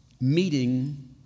Meeting